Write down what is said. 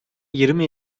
yirmi